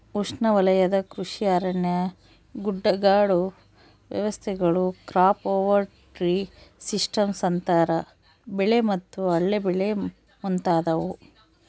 ಉಷ್ಣವಲಯದ ಕೃಷಿ ಅರಣ್ಯ ಗುಡ್ಡಗಾಡು ವ್ಯವಸ್ಥೆಗಳು ಕ್ರಾಪ್ ಓವರ್ ಟ್ರೀ ಸಿಸ್ಟಮ್ಸ್ ಅಂತರ ಬೆಳೆ ಮತ್ತು ಅಲ್ಲೆ ಬೆಳೆ ಮುಂತಾದವು